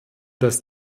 dass